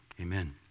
amen